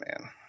man